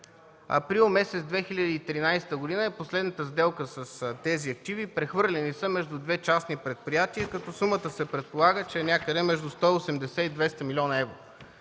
април 2013 г. е последната сделка с тези активи – прехвърлени са между две частни предприятия, като сумата се предполага, че е някъде между 180 и 200 млн. евро.